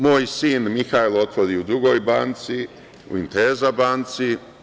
Moj sin Mihajlo, otvori u drugoj banci, u „Intesa“ banci.